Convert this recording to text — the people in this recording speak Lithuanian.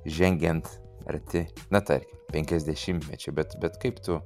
žengiant arti na tarkim penkiasdešimtmečio bet bet kaip tu